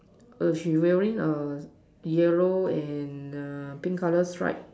err she wearing a yellow and pink color stripe